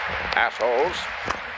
Assholes